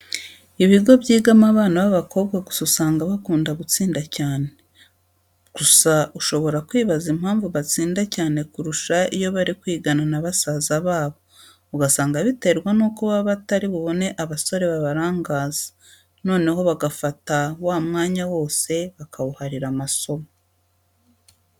Ibigo byigamo abana b'abakobwa gusa usanga bakunda gutsinda cyane. Gusa ushobora kwibaza impamvu batsinda cyane kurusha iyo bari kwigana na basaza babo, ugasanga biterwa nuko baba batari bubone abasore babarangaza, noneho bagafata wa mwanya wose bakawuharira amasomo.